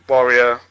Warrior